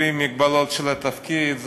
בלי מגבלות של התפקיד.